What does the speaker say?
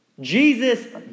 Jesus